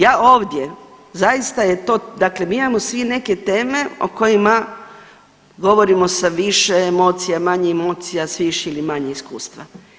Ja ovdje zaista je to, dakle mi imamo svi neke teme o kojima govorimo sa više emocija, manje emocija, sa više ili manje iskustva.